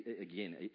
again